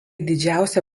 didžiausia